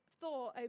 thought